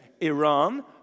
Iran